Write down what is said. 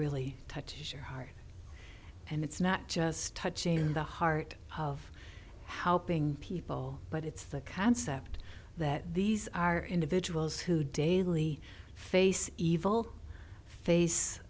really touches your heart and it's not just touching the heart of how being people but it's the concept that these are individuals who daily face evil face